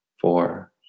Four